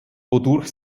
wodurch